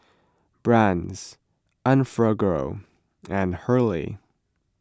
Brand's Enfagrow and Hurley